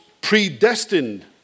predestined